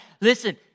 listen